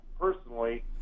personally